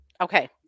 okay